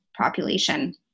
population